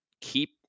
keep